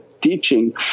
teaching